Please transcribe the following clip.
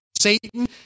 Satan